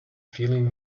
feeling